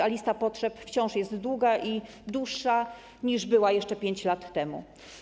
A lista potrzeb wciąż jest długa i dłuższa, niż była jeszcze 5 lat temu.